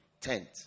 tent